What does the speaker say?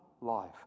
life